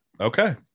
Okay